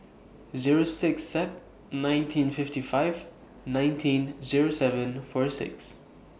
Zero six Sep nineteen fifty five nineteen Zero seven four six